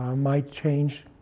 um might change